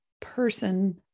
person